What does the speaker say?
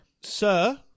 Sir